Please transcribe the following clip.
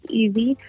easy